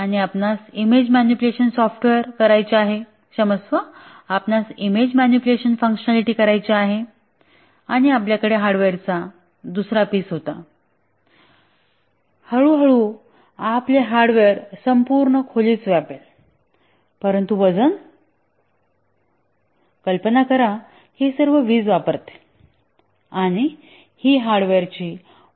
आणि आपणास image manipulation software करायचे आहे क्षमस्व आपणास इमेज मॅनिपुलेशन फंक्शनालिटी करायची आहे आणि आपल्याकडे हार्डवेअरचा दुसरा पीस होता आणि हळूहळू आपले हार्डवेअर संपूर्ण खोलीच व्यापेल परंतु वजन आणि कल्पना करा की हे सर्व वीज वापरतील आणि ही हार्डवेअरची मोठी गैरसोय आहे